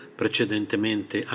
precedentemente